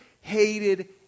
hated